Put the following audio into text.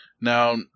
Now